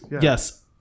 Yes